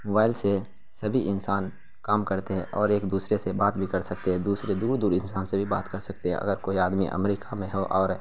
mobile سے سبھی انسان کام کرتے ہے اور ایک دوسرے سے بات بھی کر سکتے ہے دوسرے دور دور انسان سے بھی بات کر سکتے ہے اگر کوئی آدمی امریکہ میں ہو اور